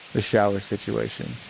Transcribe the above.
the shower situation